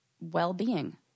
well-being